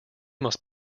must